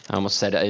almost said,